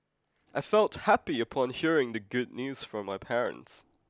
I felt happy upon hearing the good news from my parents